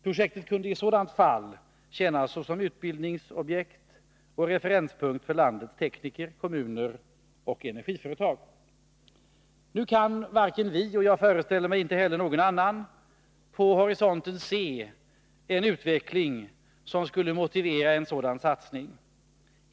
Projektet kunde i sådant fall tjäna som utbildningsobjekt och referenspunkt för landets tekniker, kommuner och energiföretag. Nu kan inte vi — och, föreställer jag mig, inte någon annan — på horisonten se en utveckling som skulle motivera en sådan satsning.